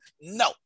No